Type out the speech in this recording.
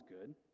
good